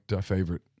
favorite